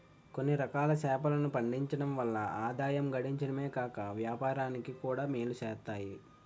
కొన్నిరకాల చేపలను పెంచడం వల్ల ఆదాయం గడించడమే కాక పర్యావరణానికి కూడా మేలు సేత్తాయి